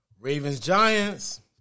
Ravens-Giants